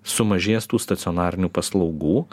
sumažės tų stacionarinių paslaugų